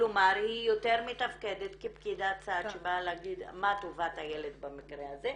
וכלומר היא יותר מתפקדת כפקידת סעד שבאה להגיד מה טובת הילד במקרה הזה,